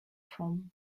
from